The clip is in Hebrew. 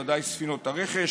ודאי ספינות הרכש,